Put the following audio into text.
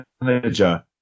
manager